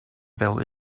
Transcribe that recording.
fel